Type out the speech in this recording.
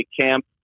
camp